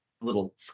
little